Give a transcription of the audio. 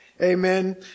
amen